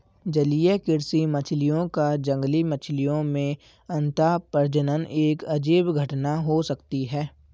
जलीय कृषि मछलियों का जंगली मछलियों में अंतःप्रजनन एक अजीब घटना हो सकती है